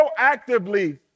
proactively